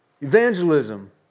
Evangelism